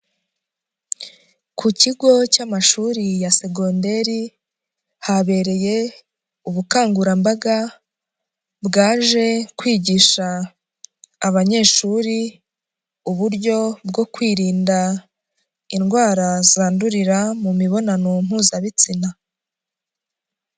Ku kigo cy'amashuri ya segonderi habereye ubukangurambaga, bwaje kwigisha abanyeshuri uburyo bwo kwirinda indwara zandurira mu mibonano mpuzabitsina.